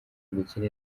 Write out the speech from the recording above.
gukira